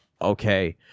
okay